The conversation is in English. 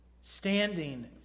standing